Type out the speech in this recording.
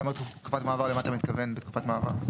למה אתה מתכוון בתקופת מעבר?